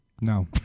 no